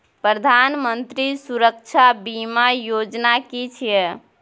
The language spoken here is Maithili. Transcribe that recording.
प्रधानमंत्री सुरक्षा बीमा योजना कि छिए?